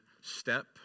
step